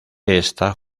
esta